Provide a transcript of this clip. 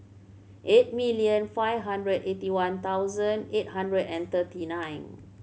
eight million five hundred eighty one thousand eight hundred and thirty nine